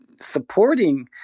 supporting